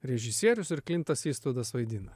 režisierius ir klintas istvudas vaidina